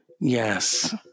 Yes